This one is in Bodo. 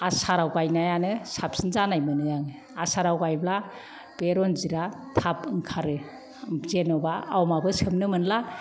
आसाराव गायनायानो साबसिन जानाय मोनो आं आसाराव गायब्ला बे रनजिता थाब ओंखारो जेन'बा आवमाबो सोबनो मोनला